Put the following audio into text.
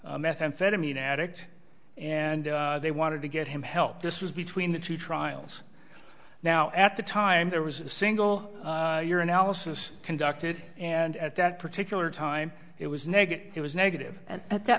methamphetamine addict and they wanted to get him help this was between the two trials now at the time there was a single your analysis conducted and at that particular time it was negative it was negative and at that